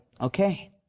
okay